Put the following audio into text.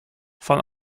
van